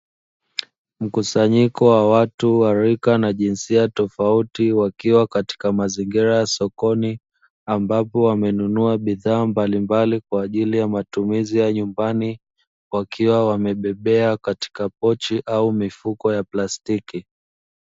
Mkusanyiko wa watu na rika wa jinsia jinsia tofauti, wakiwa katika mazingira ya sokoni ambapo wamenunua bidhaa mbalimbali. kwa ajili ya matumizi ya nyumbani wakiwa wamebebea katika pochi au mifuko ya plastiki.